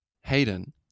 Hayden